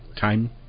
time